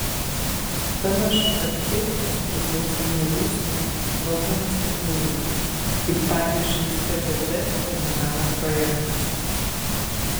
panašu kad tai kas priklauso nuo jūsų valdoma sėkmingai kaip pavyzdžiui sgd terminalo projektas